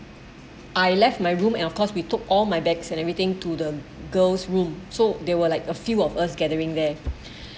I left my room and of course we took all my bags and everything to the girl's room so they were like a few of us gathering there